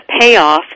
payoff